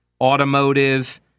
Automotive